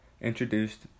introduced